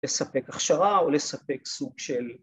‫לספק הכשרה או לספק סוג של...